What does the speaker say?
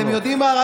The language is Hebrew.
אתם יודעים מה?